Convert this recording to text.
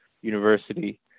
University